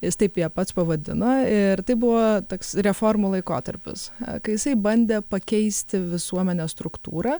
jis taip ją pats pavadino ir tai buvo toks reformų laikotarpis kai jisai bandė pakeisti visuomenės struktūrą